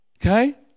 Okay